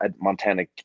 Montana